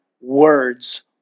words